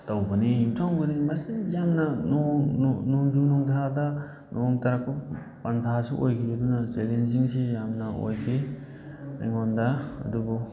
ꯇꯧꯕꯅꯤ ꯌꯨꯝꯊꯣꯡ ꯈꯨꯗꯤꯡ ꯃꯁꯤꯡ ꯌꯥꯝꯅ ꯅꯣꯡꯖꯨ ꯅꯨꯡꯁꯥꯗ ꯅꯣꯡ ꯇꯥꯔꯛꯄ ꯄꯥꯟꯊꯥꯁꯨ ꯑꯣꯏꯈꯤꯕꯗꯨꯅ ꯆꯦꯂꯦꯟꯖꯤꯡꯁꯤ ꯌꯥꯝꯅ ꯑꯣꯏꯈꯤ ꯑꯩꯉꯣꯟꯗ ꯑꯗꯨꯕꯨ